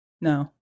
No